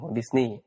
Disney